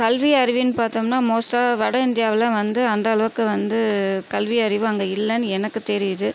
கல்வி அறிவு பார்த்தோம்னா மோஸ்ட்டாக வட இந்தியாவில் வந்து அந்த அளவுக்கு வந்து கல்வி அறிவு அங்கே இல்லைன்னு எனக்கு தெரியிது